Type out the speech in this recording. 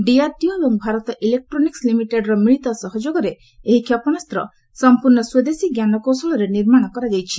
DRDO ଏବଂ Bharat electronics ଲିମିଟେଡ୍ର ମିଳିତ ସହଯୋଗରେ ଏହି କ୍ଷେପଣାସ୍ତ ସମ୍ପର୍ଶ୍ଣ ସ୍ୱଦେଶୀ ଜ୍ଞାନକୌଶଳରେ ନିର୍ମାଣ କରାଯାଇଛି